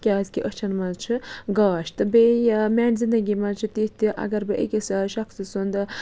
کیٛازِکہِ أچھَن منٛز چھِ گاش تہٕ بیٚیہِ میٛانہِ زِندگی منٛز چھِ تِتھۍ تہِ اگر بہٕ أکِس شخصہٕ سُںٛدٕ